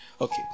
Okay